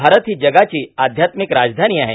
भारत ही जगाची आध्यात्मिक राजधानी आहे